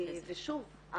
ושוב,